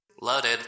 Loaded